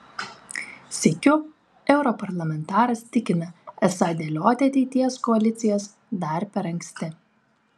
sykiu europarlamentaras tikina esą dėlioti ateities koalicijas dar per anksti